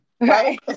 Right